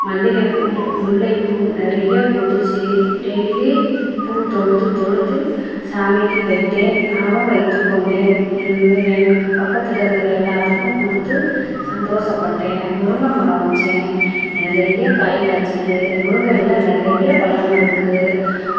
மல்லிகைப்பூ முல்லைப்பூ நிறையா பூத்துச்சு டெய்லி பூ தொடுத்து தொடுத்து சாமிக்கு வைத்தேன் நானும் வைத்துக்கொண்டேன் என் எனக்கு பக்கத்தில் இருக்கிற எல்லாத்துக்கும் கொடுத்து சந்தோசப்பட்டேன் முருங்கை மரம் வச்சேன் நிறைய காய் காய்ச்சது முருங்கையில் நிறைய பலன் இருக்கு